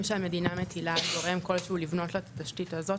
כשהמדינה מטילה על גורם כלשהו לבנות לה תשתית הזאת,